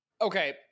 Okay